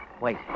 Wait